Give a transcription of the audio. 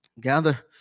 Gather